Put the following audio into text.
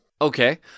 Okay